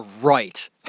right